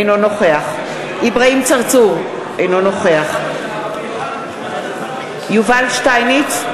אינו נוכח אברהים צרצור, אינו נוכח יובל שטייניץ,